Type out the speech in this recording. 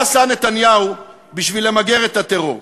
מה עשה נתניהו בשביל למגר את הטרור.